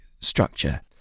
structure